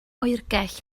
oergell